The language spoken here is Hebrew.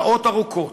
שעות ארוכות,